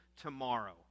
tomorrow